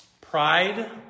Pride